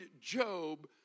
Job